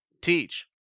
teach